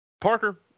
Parker